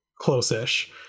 close-ish